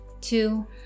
Two